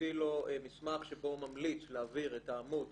הוציא מסמך שבו הוא ממליץ להעביר את העמוד